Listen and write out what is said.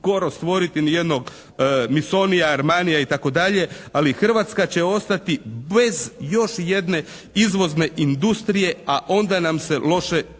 skoro stvoriti ni jednog Missonija, Amranija itd. ali Hrvatska će ostati bez još jedne izvozne industrije, a onda nam se loše piše.